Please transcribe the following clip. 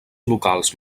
locals